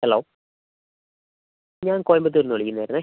hello ഞാൻ കോയമ്പത്തൂർ നിന്ന് വിളിക്കുന്നതായിരുന്നേ